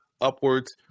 upwards